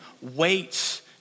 waits